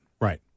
Right